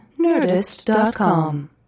Nerdist.com